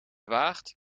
waagt